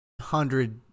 hundred